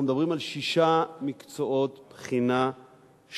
אנחנו מדברים על שישה מקצועות בחינה שונים,